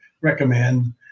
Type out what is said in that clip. recommend